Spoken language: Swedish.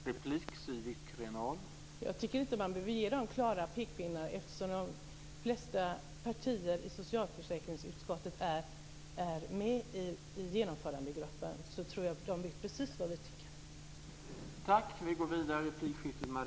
Herr talman! Jag tycker inte att man behöver ge gruppen några klara pekpinnar, eftersom de flesta partier i socialförsäkringsutskottet är med i genomförandegruppen. Därför tror jag att de vet precis vad vi tycker.